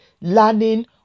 learning